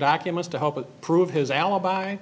documents to help prove his alibi